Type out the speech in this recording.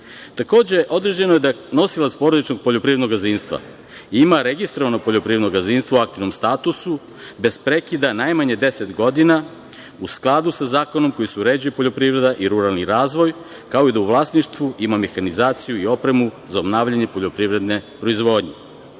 naknade. Takođe, određeno je da nosilac porodičnog poljoprivrednog gazdinstva ima registrovano poljoprivredno gazdinstvo u aktivnom statusu bez prekida najmanje 10 godina u skladu sa zakonom kojim se uređuje poljoprivreda u ruralni razvoj, kao i da u vlasništvu ima mehanizaciju i opremu za obnavljanje poljoprivredne proizvodnje. Predmet